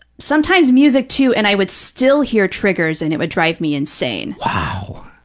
sometimes music, too, and i would still hear triggers and it would drive me insane. wow.